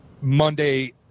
Monday